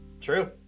True